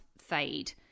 fade